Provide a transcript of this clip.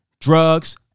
drugs